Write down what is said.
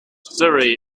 surrey